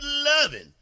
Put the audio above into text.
loving